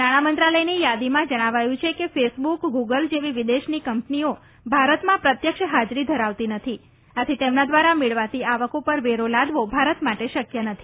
નાણાં મંત્રાલયની યાદીમાં જણાાવ્યું છે કે ફેસબુક ગુગલ જેવી વિદેશની કંપનીઓ ભારતમાં પ્રત્યક્ષ હાજરી ધરાવતી નથી આથી તેમના દ્વારા મેળવાતી આવક ઉપર વેરો લાદવો ભારત માટે શક્ય નથી